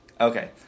Okay